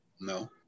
No